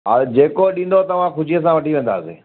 हा जेको ॾींदव तव्हां ख़ुशीअ सां वठी वेंदासीं